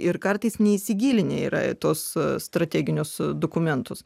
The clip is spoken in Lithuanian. ir kartais neįsigilinę yra į tuos strateginius dokumentus